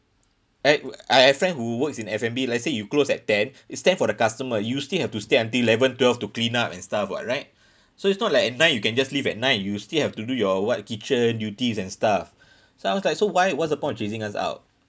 right I have friend who works in F&B let's say you close at ten it's ten for the customer you still have to stay until eleven twelve to clean up and stuff [what] right so it's not like at nine you can just leave at nine you still have to do your what kitchen duties and stuff so I was like so why what's the point of chasing us out